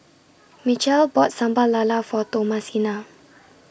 Mitchell bought Sambal Lala For Thomasina